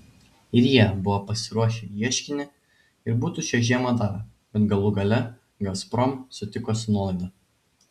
ir jie buvo pasiruošę ieškinį ir būtų šią žiemą davę bet galų gale gazprom sutiko su nuolaida